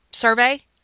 Survey